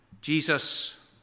Jesus